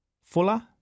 Fuller